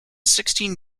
sixteen